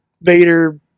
Vader